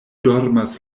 dormas